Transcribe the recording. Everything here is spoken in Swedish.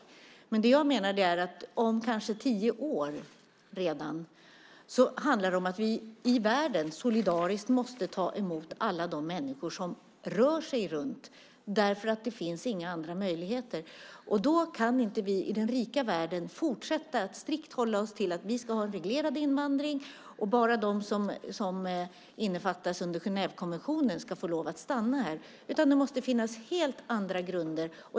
Om kanske redan tio år handlar det om att vi i världen solidariskt måste ta emot alla de människor som rör sig runt eftersom det inte finns några andra möjligheter. Då kan inte vi i den rika världen fortsätta att strikt hålla oss till att vi ska ha en reglerad invandring och bara de som innefattas under Genèvekonventionen ska få lov att stanna här. Det måste finnas helt andra grunder.